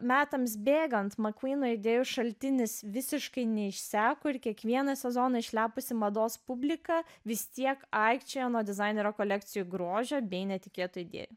metams bėgant makūno idėjų šaltinis visiškai neišseko ir kiekvieną sezoną išlepusi mados publika vis tiek aikčiojo nuo dizainerio kolekcijų grožio bei netikėtų idėjų